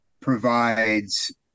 provides